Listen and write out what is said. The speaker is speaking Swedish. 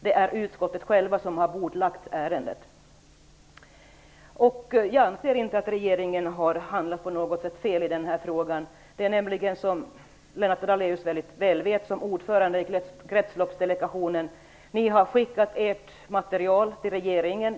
Det är ju utskottet som har bordlagt ärendet. Jag anser inte att regeringen har handlat fel på något sätt i denna fråga. Det är nämligen så - vilket Lennart Daléus, ordförande i Kretsloppsdelegationen, väl vet - att delegationen har skickat sitt material till regeringen.